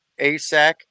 ASAC